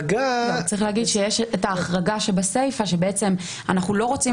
צריך להגיד שיש את ההחרגה שבסיפה שאנחנו לא רוצים